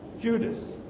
Judas